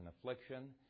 affliction